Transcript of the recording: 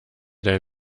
dein